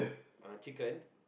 uh chicken